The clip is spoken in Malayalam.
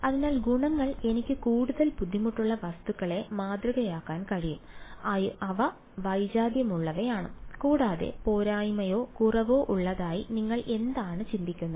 അതിനാൽ ഗുണങ്ങൾ എനിക്ക് കൂടുതൽ ബുദ്ധിമുട്ടുള്ള വസ്തുക്കളെ മാതൃകയാക്കാൻ കഴിയും അവ വൈജാത്യമുള്ളവയാണ് കൂടാതെ പോരായ്മയോ കുറവോ ഉള്ളതായി നിങ്ങൾ എന്താണ് ചിന്തിക്കുന്നത്